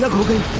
but moving.